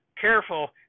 careful